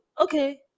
okay